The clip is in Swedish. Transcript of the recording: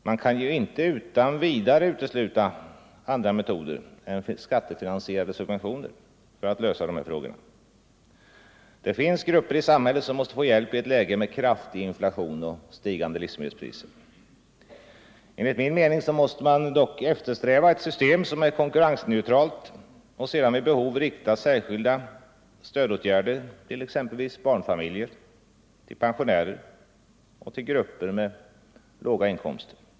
Man kan ju inte utan vidare utesluta andra metoder än skattefinansierade subventioner för att lösa dessa frågor. Det finns grupper i samhället som måste få hjälp i ett läge med kraftig inflation och stigande livsmedelspriser. Enligt min mening måste man dock eftersträva ett system som är konkurrensneutralt och sedan vid behov rikta särskilda stödåtgärder till exempelvis barnfamiljer, pensionärer och grupper med låga inkomster.